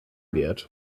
wird